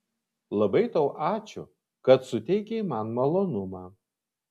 labai tau ačiū kad suteikei man malonumą